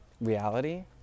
reality